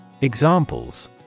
Examples